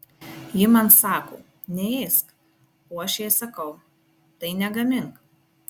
ji man sako neėsk o aš jai sakau tai negamink